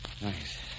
Nice